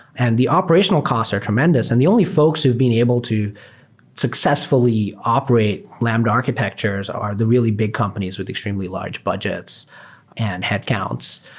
and the operational costs are tremendous and the only folks who've been able to successfully operate lambda architectures are the really big companies with extremely large budgets and headcounts.